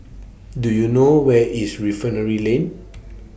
Do YOU know Where IS Refinery Lane